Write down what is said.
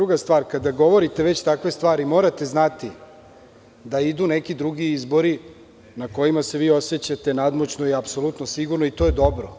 Druga stvar, kada govorite već takve stvari morate znati da idu neki drugi izbori na kojima se vi osećate nadmoćno i apsolutno sigurni i to je dobro.